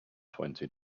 twenty